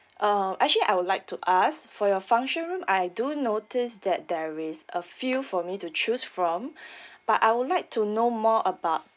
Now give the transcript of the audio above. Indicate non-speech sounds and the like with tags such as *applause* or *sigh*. uh actually I would like to ask for your function room I do notice that there is a few for me to choose from *breath* but I would like to know more about